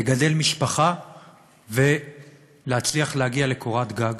לגדל משפחה ולהצליח להגיע לקורת-גג,